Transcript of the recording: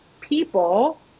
people